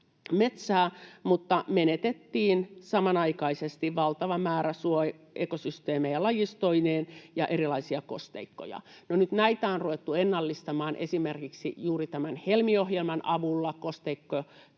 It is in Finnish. mutta menetettiin samanaikaisesti valtava määrä suoekosysteemejä lajistoineen ja erilaisia kosteikkoja. No nyt näitä on ruvettu ennallistamaan esimerkiksi juuri tämän Helmi-ohjelman avulla — kosteikkoja